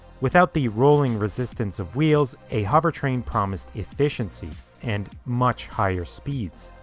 without the rolling resistance of wheels, a hovertrain promised efficiency and much higher speeds.